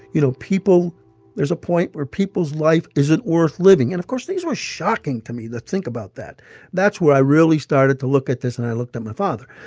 you know, people there's a point where people's life isn't worth living. and of course, these were shocking to me to think about that that's where i really started to look at this. and i looked at my father,